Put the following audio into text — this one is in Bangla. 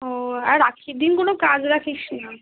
ও আর রাখির দিন কোনো কাজ রাখিস না